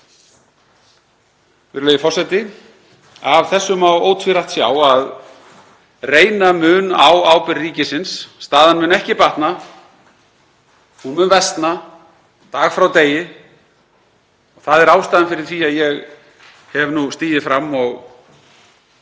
kr. Virðulegi forseti. Af þessu má ótvírætt sjá að reyna mun á ábyrgð ríkisins. Staðan mun ekki batna, hún mun versna dag frá degi og það er ástæðan fyrir því að ég hef nú stigið fram og